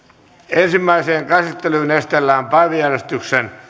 ensimmäiseen käsittelyyn esitellään päiväjärjestyksen